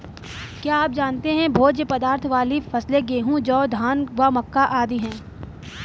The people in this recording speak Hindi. क्या आप जानते है भोज्य पदार्थ वाली फसलें गेहूँ, जौ, धान व मक्का आदि है?